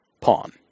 pawn